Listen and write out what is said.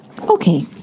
Okay